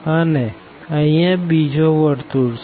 અને અહિયાં બીજો સર્કલ છે